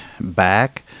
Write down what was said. back